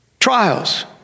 Trials